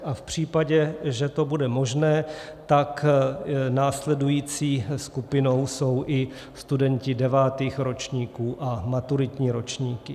A v případě, že to bude možné, tak následující skupinou jsou i studenti devátých ročníků a maturitní ročníky.